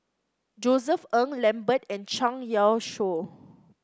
Josef Ng Lambert and Zhang Youshuo